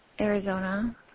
Arizona